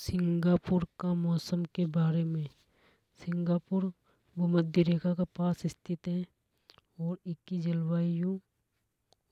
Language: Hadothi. सिंगापुर का मौसम के बारे मे सिंगापुर भूमध्य रेखा के पास स्थित है। और ईकी जलवायु